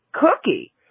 cookie